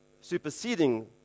superseding